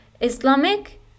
Islamic